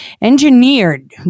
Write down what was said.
engineered